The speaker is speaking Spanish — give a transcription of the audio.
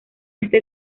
este